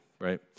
right